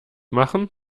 machen